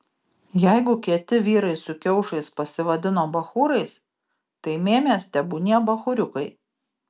jeigu kieti vyrai su kiaušais pasivadino bachūrais tai mėmės tebūnie bachūriukai